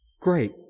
Great